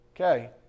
Okay